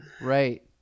Right